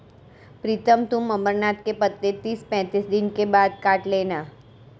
प्रीतम तुम अमरनाथ के पत्ते तीस पैंतीस दिन के बाद काट लेना